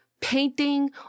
painting